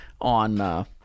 on